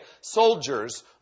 Soldiers